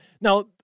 Now